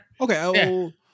Okay